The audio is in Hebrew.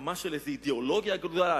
הקמה של איזו אידיאולוגיה גדולה?